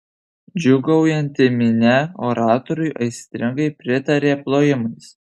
džiūgaujanti minia oratoriui aistringai pritarė plojimais